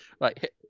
Right